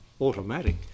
automatic